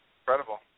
Incredible